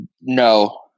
No